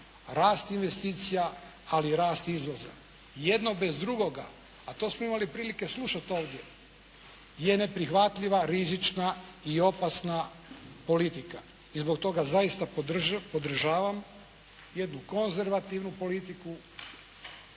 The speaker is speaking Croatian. rast investicija ali i rast izvoza. Jedno bez drugoga, a to smo imali prilike slušati ovdje je neprihvatljiva, rizična i opasna politika. I zbog toga zaista podržavam jednu konzervativnu politiku